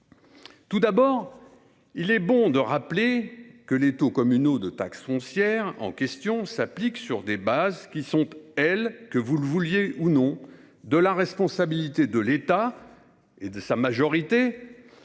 Tout d’abord, il est bon de rappeler que les taux communaux de taxe foncière en question s’appliquent sur des bases qui sont, que vous le vouliez ou non, de la responsabilité de l’État et de la majorité.